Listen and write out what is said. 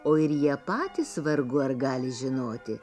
o ir jie patys vargu ar gali žinoti